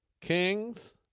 Kings